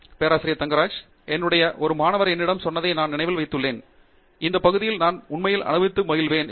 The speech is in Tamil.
பேராசிரியர் ஆண்ட்ரூ தங்கராஜ் என்னுடைய ஒரு மாணவன் என்னிடம் சொன்னதை நான் நினைவில் வைத்துள்ளேன் இந்த பகுதியில் நான் உண்மையில் அனுபவித்து மகிழ்வேன் என்று